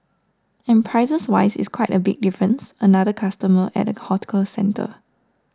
and prices wise it's quite a big difference another customer at a hawker centre